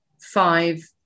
five